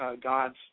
God's